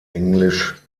englisch